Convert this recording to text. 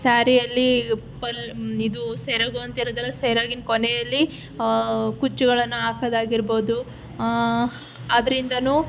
ಸಾರಿಯಲ್ಲಿ ಪಲ್ಲು ಇದು ಸೆರಗು ಅಂತ ಇರುತ್ತಲ್ಲ ಸೆರಗಿನ ಕೊನೆಯಲ್ಲಿ ಕುಚ್ಚುಗಳನ್ನು ಹಾಕೋದಾಗಿರ್ಬೋದು ಅದರಿಂದನೂ